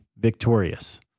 victorious